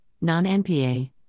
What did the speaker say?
non-NPA